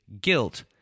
guilt